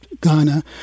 Ghana